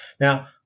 Now